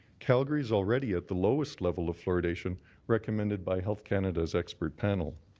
calgary is already at the lowest level fluoridation recommended by health canada's expert panel.